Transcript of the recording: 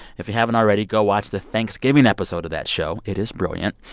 if you haven't already, go watch the thanksgiving episode of that show. it is brilliant.